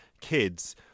kids